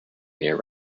near